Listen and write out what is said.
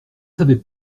savais